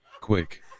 Quick